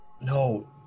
No